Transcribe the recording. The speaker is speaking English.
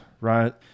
right